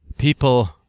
people